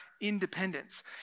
independence